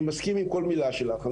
אני מסכים עם כל מילה שלך.